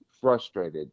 frustrated